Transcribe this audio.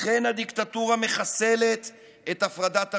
לכן הדיקטטורה מחסלת את הפרדת הרשויות,